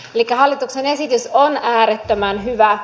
elikkä hallituksen esitys on äärettömän hyvä